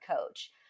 coach